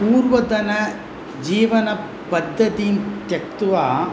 पूर्वतनजीवनपद्धतिं त्यक्त्वा